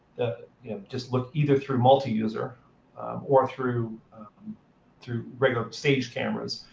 you know just look either through multi-user or through through regular stage cameras.